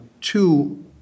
two